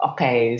Okay